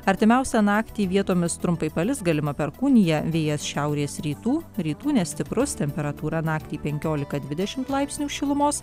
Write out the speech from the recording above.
artimiausią naktį vietomis trumpai palis galima perkūnija vėjas šiaurės rytų rytų nestiprus temperatūra na į penkiolika dvidešimt laipsnių šilumos